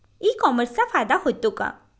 E कॉमर्सचा फायदा होतो का?